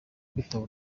kwitaba